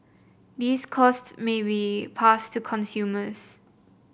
these costs may be passed to consumers